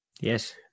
Yes